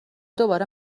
دوباره